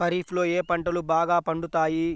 ఖరీఫ్లో ఏ పంటలు బాగా పండుతాయి?